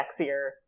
sexier